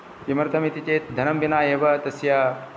किमर्थम् इति चेत् धनं विना एव तस्य